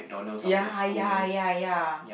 ya ya ya ya